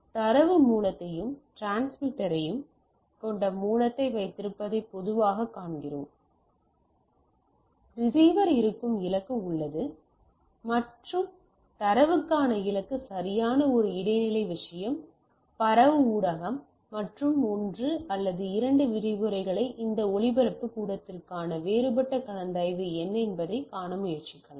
தரவு மூலத்தையும் டிரான்ஸ்மிட்டரையும் கொண்ட மூலத்தை வைத்திருப்பதை பொதுவாகக் காண்கிறோம் ரிசீவர் இருக்கும் இலக்கு உள்ளது மற்றும் தரவுக்கான இலக்கு சரியான ஒரு இடைநிலை விஷயம் பரவும் ஊடகம் மற்றும் ஒன்று அல்லது இரண்டு விரிவுரைகளில் இந்த ஒலிபரப்பு ஊடகத்திற்கான வேறுபட்ட கருத்தாய்வு என்ன என்பதைக் காணமுயற்சிக்கலாம்